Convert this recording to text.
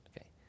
okay